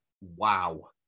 wow